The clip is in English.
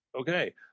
Okay